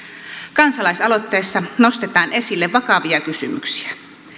kansalaisaloitteessa nostetaan esille vakavia kysymyksiä